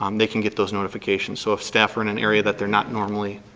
um they can get those notifications. so if staff are in an area that they're not normally,